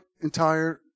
entire